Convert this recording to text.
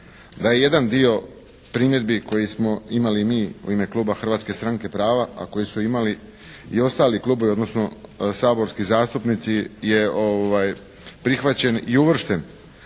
da je jedan dio primjedbi koji smo imali mi u ime kluba Hrvatske stranke prava, a koji su imali i ostali klubovi odnosno saborski zastupnici je prihvaćen i uvršten.